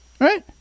Right